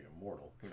immortal